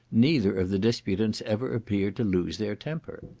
neither of the disputants ever appeared to lose their temper.